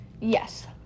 yes